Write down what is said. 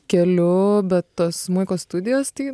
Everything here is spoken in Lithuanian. keliu be tos smuiko studijos tai